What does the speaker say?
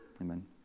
Amen